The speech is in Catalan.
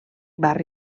barri